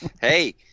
Hey